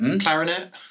Clarinet